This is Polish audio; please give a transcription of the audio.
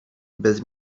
bez